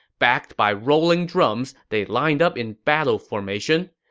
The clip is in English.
backed by rolling drums, they lined up in battle formation.